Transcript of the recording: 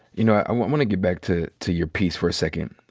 you know, i want want to get back to to your piece for a second.